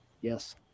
Yes